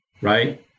right